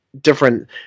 different